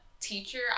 teacher